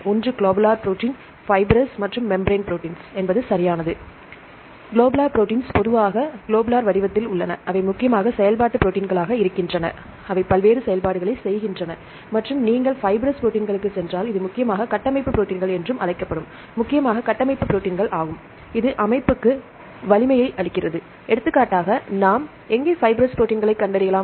ஒன்று globular protein fibrous proteins மற்றும் membrane proteins என்பது சரியானது குளோபுலார் ப்ரோடீன்ஸ் பொதுவாக குளோபுலார் வடிவத்தில் உள்ளன அவை முக்கியமாக செயல்பாட்டு ப்ரோடீன்களாக இருக்கின்றன அவை பல்வேறு செயல்பாடுகளைச் செய்கின்றன மற்றும் நீங்கள் பைப்ரஷ் ப்ரோடீன்களுக்குச் சென்றால் இது முக்கியமாக கட்டமைப்பு ப்ரோடீன்கள் என்றும் அழைக்கப்படும் முக்கியமான கட்டமைப்பு ப்ரோடீன்கள் ஆகும் இது அமைப்புக்கு வலிமையை அளிக்கிறது எடுத்துக்காட்டாக நாம் எங்கே பைப்ரஷ் ப்ரோடீன்களைக் கண்டறியலாம்